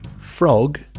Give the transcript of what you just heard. frog